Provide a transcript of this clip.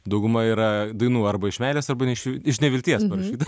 dauguma yra dainų arba iš meilės arba neš iš nevilties parašyta